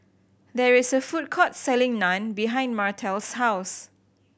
there is a food court selling Naan behind Martell's house